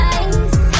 ice